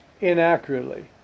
inaccurately